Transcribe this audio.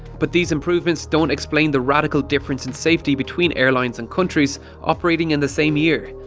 but these improvements don't explain the radical difference in safety between airlines and countries operating in the same year.